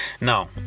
Now